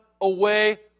away